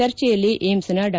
ಚರ್ಚೆಯಲ್ಲಿ ಏಮ್ಸ್ನ ಡಾ